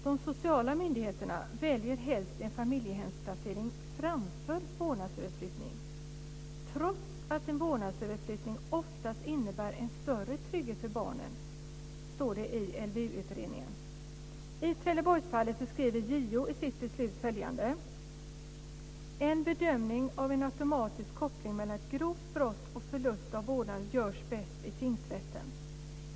De sociala myndigheterna väljer helst en familjehemsplacering framför vårdnadsöverflyttning, trots att en vårdnadsöverflyttning oftast innebär en större trygghet för barnen, står det i LVU I Trelleborgsfallet skriver JO i sitt beslut följande: "En bedömning av en automatisk koppling mellan ett grovt brott och förlust av vårdnad görs bäst i tingsrätten.